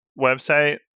website